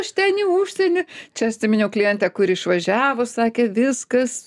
aš ten į užsienį čia stiminiau klientę kur išvažiavus sakė viskas